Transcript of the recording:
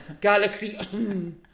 Galaxy